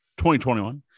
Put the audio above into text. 2021